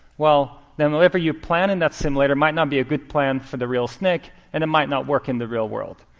well, then whatever you plan in that simulator might not be a good plan for the real snake. and it might not work in the real world.